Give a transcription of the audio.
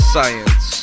Science